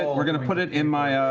we're going to put it in my ah